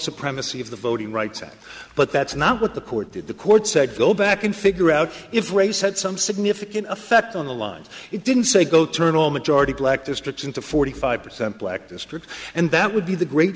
supremacy of the voting rights act but that's not what the court did the court said go back and figure out if way said some significant effect on the lines it didn't say go turn all majority black districts into forty five percent black districts and that would be the great